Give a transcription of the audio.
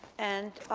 and,